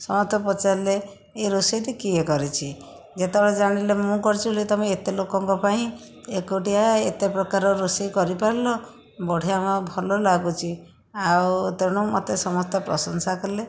ସମସ୍ତେ ପଚାରିଲେ ଏହି ରୋଷେଇଟି କିଏ କରିଛି ଯେତେବେଳେ ଜାଣିଲେ ମୁଁ କରିଛି ବୋଲି ତୁମେ ଏତେ ଲୋକଙ୍କ ପାଇଁ ଏକୁଟିଆ ଏତେ ପ୍ରକାର ରୋଷେଇ କରିପାରିଲ ବଢ଼ିଆ ମ ଭଲ ଲାଗୁଛି ଆଉ ତେଣୁ ମୋତେ ସମସ୍ତେ ପ୍ରଶଂସା କଲେ